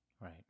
Right